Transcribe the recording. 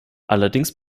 allerdings